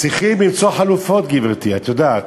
צריכים למצוא חלופות, גברתי, את יודעת.